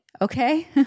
Okay